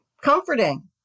comforting